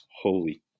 Holy